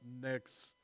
next